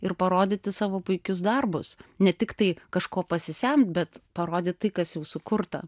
ir parodyti savo puikius darbus ne tik tai kažko pasisemt bet parodyt tai kas jau sukurta